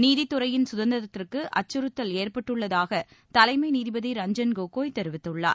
நீதித்துறையின் சுதந்திரத்திற்கு அச்சுறுத்தல் ஏற்பட்டுள்ளதாக தலைமை நீதிபதி ரஞ்சன் கோகாய் தெரிவித்துள்ளார்